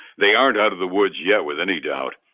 they aren't out of the woods yet, with any doubt.